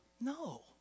No